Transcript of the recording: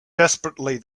desperately